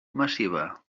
massiva